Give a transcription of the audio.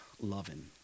loving